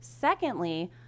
Secondly